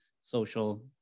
social